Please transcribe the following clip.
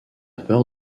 peur